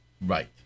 right